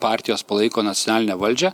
partijos palaiko nacionalinę valdžią